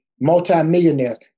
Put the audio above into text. multimillionaires